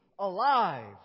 Alive